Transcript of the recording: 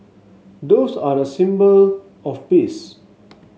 doves are a symbol of peace